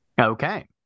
okay